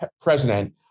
president